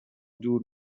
دور